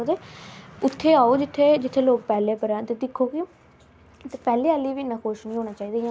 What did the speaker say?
मतलब अजकल दे जमाने च सारे दे घर घर टीबी हैन कोई बिरला घर होग जिंदे घर टीबी नेईं होग